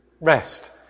rest